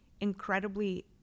incredibly